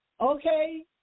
okay